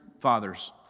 fathers